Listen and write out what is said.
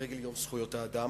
לרגל יום זכויות האדם,